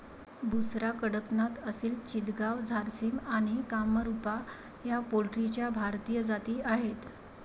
बुसरा, कडकनाथ, असिल चितगाव, झारसिम आणि कामरूपा या पोल्ट्रीच्या भारतीय जाती आहेत